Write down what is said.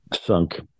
sunk